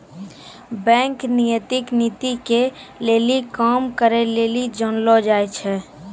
bank नैतिक नीति के लेली काम करै लेली जानलो जाय छै